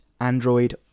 Android